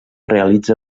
realitza